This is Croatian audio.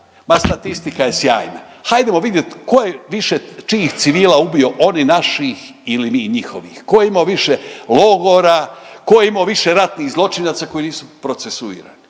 ma statistika je sjajna. Hajdemo vidjeti tko je više čijih civila ubio, oni naših ili mi njihovih, tko je imao više logora, tko je imao više ratnih zločinaca koji nisu procesuirani.